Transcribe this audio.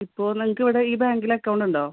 ഇപ്പോൾ നിങ്ങൾക്ക് ഇവിടെ ഈ ബാങ്കിൽ അക്കൗണ്ട് ഉണ്ടോ